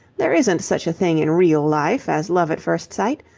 there isn't such a thing in real life as love at first sight.